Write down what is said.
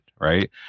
right